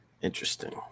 Interesting